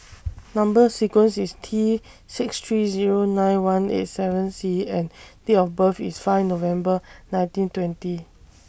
Number sequence IS T six three Zero nine one eight seven C and Date of birth IS five November nineteen twenty